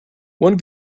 one